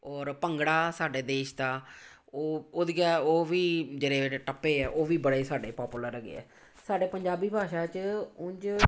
ਔਰ ਭੰਗੜਾ ਸਾਡੇ ਦੇਸ਼ ਦਾ ਉਹ ਉਹਦੀਆਂ ਉਹ ਵੀ ਜਿਹੜੇ ਟੱਪੇ ਆ ਉਹ ਵੀ ਬੜੇ ਸਾਡੇ ਪਾਪੂਲਰ ਹੈਗੇ ਆ ਸਾਡੇ ਪੰਜਾਬੀ ਭਾਸ਼ਾ 'ਚ ਉਂਝ